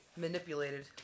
manipulated